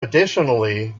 additionally